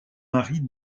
marie